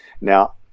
Now